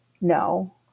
no